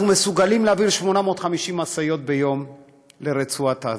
אנחנו מסוגלים להעביר 850 משאיות ביום לרצועת-עזה,